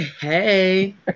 Hey